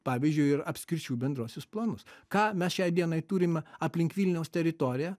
pavyzdžiui ir apskričių bendruosius planus ką mes šiai dienai turim aplink vilniaus teritoriją